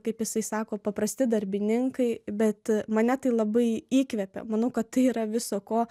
kaip jisai sako paprasti darbininkai bet mane tai labai įkvepia manau kad tai yra viso ko